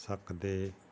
ਸਕਦੇ